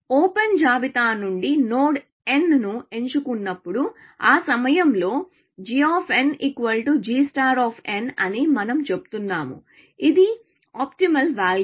open జాబితా నుండి node n ను ఎంచుకున్నప్పుడు ఆ సమయంలో g g అని మనం చెబుతున్నాము ఇది ఆప్టిమల్ వేల్యూ